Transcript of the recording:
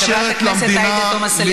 חברת הכנסת עאידה תומא סלימאן.